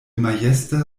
majesta